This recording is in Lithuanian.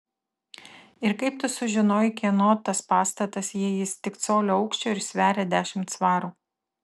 ir kaip tu sužinojai kieno tas pastatas jei jis tik colio aukščio ir sveria dešimt svarų